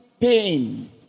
pain